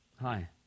Hi